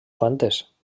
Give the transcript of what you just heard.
quantes